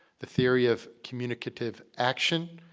the theory of communicative action,